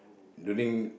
during